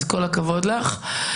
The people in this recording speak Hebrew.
אז כל הכבוד לך.